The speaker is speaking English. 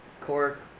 Cork